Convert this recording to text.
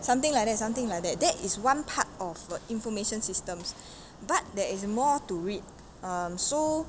something like that something like that that is one part of information systems but there is more to it um so